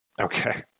Okay